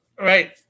right